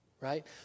right